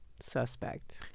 suspect